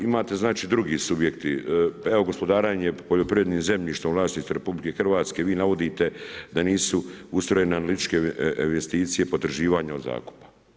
Imate znači drugi subjekti, evo gospodarenje poljoprivrednim zemljištem u vlasništvu RH, vi navodite da nisu ustrojene analitičke investicije potraživanja od zakupa.